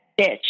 bitch